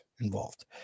involved